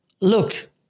look